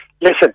listen